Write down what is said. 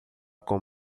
com